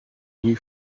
new